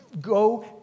go